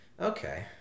okay